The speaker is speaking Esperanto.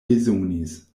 bezonis